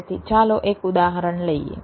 તેથી ચાલો એક ઉદાહરણ લઈએ